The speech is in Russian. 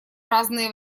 разные